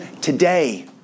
today